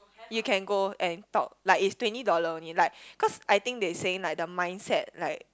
you can go and talk like is twenty dollar only like cause I think they saying like the mindset like